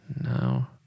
No